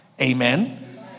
amen